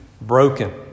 broken